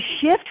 shift